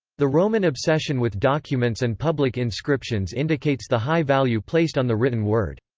the roman obsession with documents and public inscriptions indicates the high value placed on the written word.